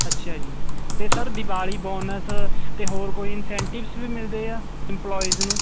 ਅੱਛਾ ਜੀ ਤੇ ਸਰ ਦਿਵਾਲੀ ਬੋਨਸ ਤੇ ਹੋਰ ਕੋਈ ਇਨਸੈਂਟਿਵ ਵੀ ਮਿਲਦੇ ਆ ਇਮਪਲੋਈਜ ਨੂੰ